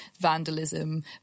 vandalism